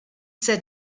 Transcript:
said